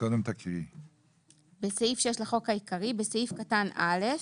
6.תיקון סעיף 6 בסעיף 6 לחוק העיקרי בסעיף קטן (א),